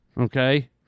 okay